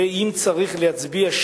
ואם צריך להצביע,